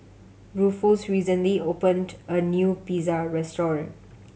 Rufus recently opened a new Pizza Restaurant